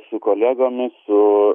su kolegomis su